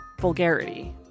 vulgarity